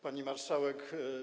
Pani Marszałek!